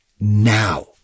now